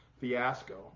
fiasco